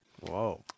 Whoa